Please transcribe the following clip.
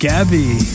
Gabby